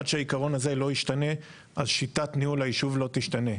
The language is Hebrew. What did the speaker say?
עד שהעיקרון הזה לא ישתנה שיטת ניהול הישוב לא תשתנה.